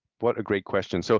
what a great question. so